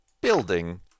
building